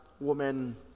woman